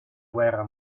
guerra